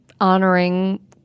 honoring